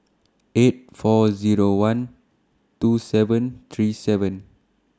eight four Zero one two seven three seven